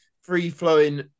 free-flowing